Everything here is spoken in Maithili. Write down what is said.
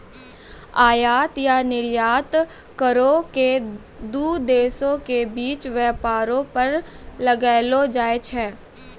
आयात या निर्यात करो के दू देशो के बीच व्यापारो पर लगैलो जाय छै